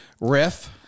riff